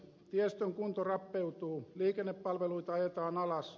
tiestön kunto rappeutuu liikennepalveluita ajetaan alas